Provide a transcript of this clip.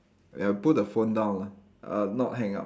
ya put the phone down lah uh not hang up